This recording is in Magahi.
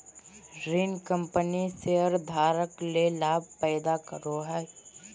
ऋण कंपनी शेयरधारक ले लाभ पैदा करो हइ